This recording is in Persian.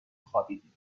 خوابیدیم